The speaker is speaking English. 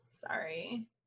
Sorry